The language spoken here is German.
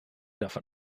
davon